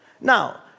Now